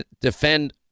defend